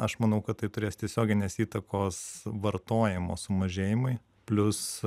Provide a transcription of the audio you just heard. aš manau kad tai turės tiesioginės įtakos vartojimo sumažėjimui plius